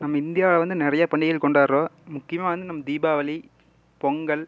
நம்ம இந்தியாவில் வந்து நிறைய பண்டிகைகள் கொண்டாடுறோம் முக்கியமாக வந்து நம் தீபாவளி பொங்கல்